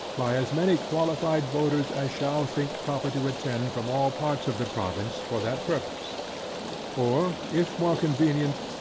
by as many qualified voters as shall think proper to attend from all parts of the province for that purpose or, if more convenient,